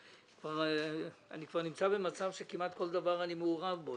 אני נמצא במצב שכמעט כל דבר אני מעורב בו,